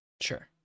Sure